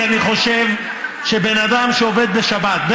כי אני חושב שבן אדם שעובד בשבת,